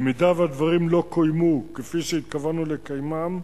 אם הדברים לא קוימו כפי שהתכוונו לקיימם,